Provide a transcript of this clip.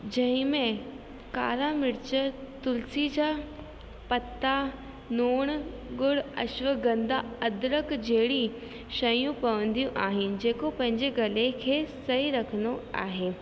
जंहिं में कारा मिर्च तुलसी जा पता लूणु ॻुण अश्वगंधा अद्रक जहिड़ी शयूं पवंदियूं आहिनि जेको पंहिंजे गले खे सही रखंदो आहे